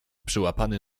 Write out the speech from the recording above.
przyłapany